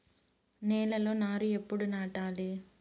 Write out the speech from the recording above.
నేలలో నారు ఎప్పుడు నాటాలి?